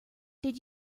did